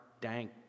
dank